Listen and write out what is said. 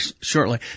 shortly